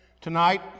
tonight